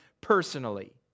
personally